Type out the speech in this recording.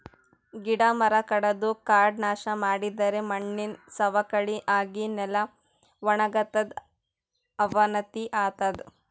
ಗಿಡ ಮರ ಕಡದು ಕಾಡ್ ನಾಶ್ ಮಾಡಿದರೆ ಮಣ್ಣಿನ್ ಸವಕಳಿ ಆಗಿ ನೆಲ ವಣಗತದ್ ಅವನತಿ ಆತದ್